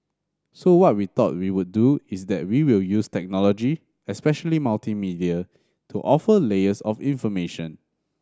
so what we thought we would do is that we will use technology especially multimedia to offer layers of information